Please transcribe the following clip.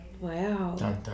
wow